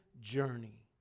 journey